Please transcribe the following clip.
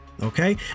okay